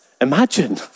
Imagine